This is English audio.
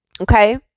Okay